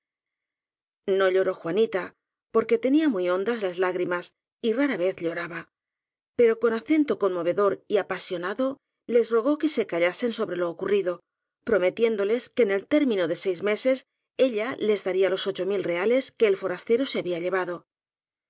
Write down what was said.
no lloró juanita porque tenía muy hondas las lágrimas y rara vez lloraba pero con acento con movedor y apasionado les rogó que se callasen so bre lo ocurrido prometiéndoles que en el término de seis meses ella les daría los ocho mil reales que el forastero se había llevado